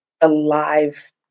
alive